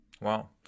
wow